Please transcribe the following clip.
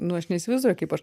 nu aš neįsivaizduoju kaip aš